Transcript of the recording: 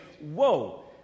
whoa